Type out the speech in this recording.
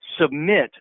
submit